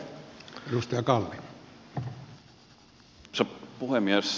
arvoisa puhemies